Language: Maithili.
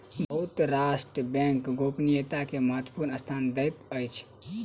बहुत राष्ट्र बैंक गोपनीयता के महत्वपूर्ण स्थान दैत अछि